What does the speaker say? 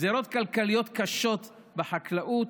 גזרות כלכליות קשות בחקלאות